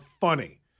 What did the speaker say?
funny